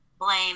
blame